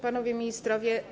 Panowie Ministrowie!